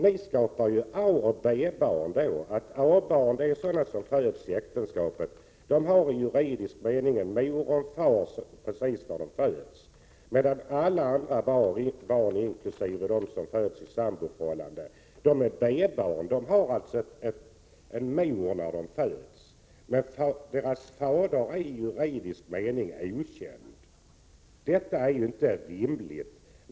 Ni skapar ju A och B-barn. A-barn är sådana som föds inom äktenskapet, och de har i juridisk mening en mor och en far när de föds. Men alla andra barn, inkl. de som föds i samboförhållanden, är B-barn. De har en mor när de föds, men deras far är i juridisk mening okänd. Detta är inte rimligt.